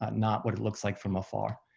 not what it looks like from afar.